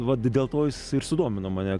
vat dėl to jis ir sudomino mane